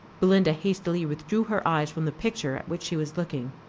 belinda hastily withdrew her eyes from the picture at which she was looking.